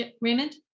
Raymond